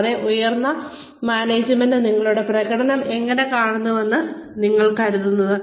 കൂടാതെ ഉയർന്ന മാനേജ്മെന്റ് നിങ്ങളുടെ പ്രകടനം എങ്ങനെ കാണുന്നുവെന്നാണ് നിങ്ങൾ കരുതുന്നത്